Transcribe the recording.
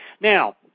Now